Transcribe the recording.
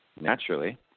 naturally